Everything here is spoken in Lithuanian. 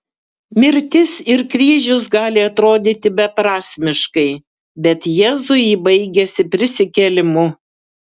mirtis ir kryžius gali atrodyti beprasmiškai bet jėzui ji baigėsi prisikėlimu